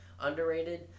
Underrated